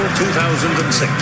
2006